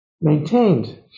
maintained